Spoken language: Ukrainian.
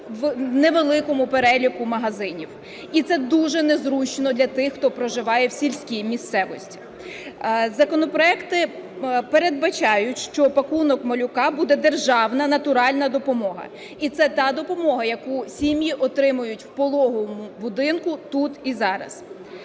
у невеликому переліку магазинів. І це дуже незручно для тих, хто проживає в сільській місцевості. Законопроекти передбачають, що "пакунок малюка" – буде державна натуральна допомога, і це так допомога, яку сім'ї отримують у пологовому будинку тут і зараз.